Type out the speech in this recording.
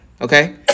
Okay